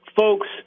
folks